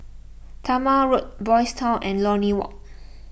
Talma Road Boys' Town and Lornie Walk